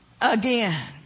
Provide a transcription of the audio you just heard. again